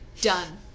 Done